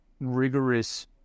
rigorous